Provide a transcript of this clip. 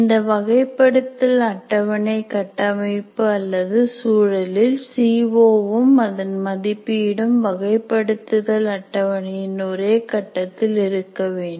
இந்த வகைப்படுத்தல் அட்டவணை கட்டமைப்பு அல்லது சூழலில் சிஓ வும் அதன் மதிப்பீடும் வகைப்படுத்துதல் அட்டவணையின் ஒரே கட்டத்தில் இருக்க வேண்டும்